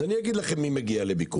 אז אני אגיע לכם מי הגיע לביקור: